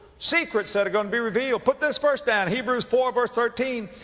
secrets that are going to be revealed. put this verse down, hebrews four verse thirteen,